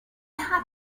had